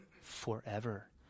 forever